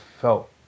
felt